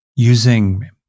Using